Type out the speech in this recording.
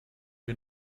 wir